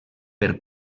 per